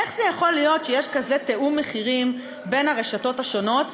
איך זה יכול להיות שיש כזה תיאום מחירים בין הרשתות השונות,